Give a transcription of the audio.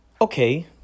okay